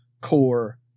core